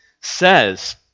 says